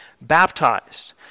baptized